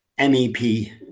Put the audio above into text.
MEP